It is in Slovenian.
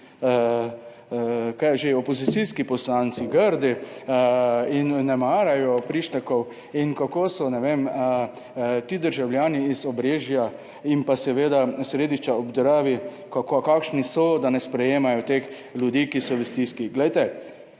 kaj je že, opozicijski poslanci grdi in ne marajo prišlekov in kako so, ne vem, ti državljani iz Obrežja in pa seveda Središča ob Dravi, kakšni so, da ne sprejemajo teh ljudi, ki so v stiski. Glejte,